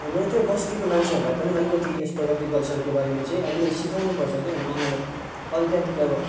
हाम्रो त्यो बस्तीको मान्छेहरूलाई पनि अलिकति यस्तो एग्रिकल्चको बारेमा चाहिँ अलिकति सिकाउनु पर्छ के हो उहाँलाई अर्गानिक अब